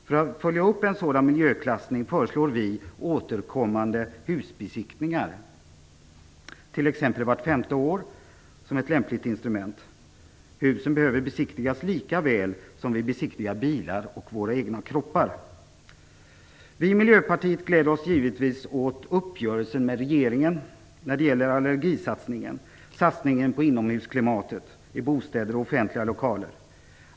För att följa upp en sådan miljöklassning föreslår vi återkommande husbesiktningar, t.ex. vart femte år, som ett lämpligt instrument. Husen behöver besiktigas likaväl som vi besiktigar bilar och våra egna kroppar. Vi i Miljöpartiet gläder oss givetvis åt uppgörelsen med regeringen när det gäller allergisatsningen, satsningen på inomhusklimatet i bostäder och offentliga lokaler.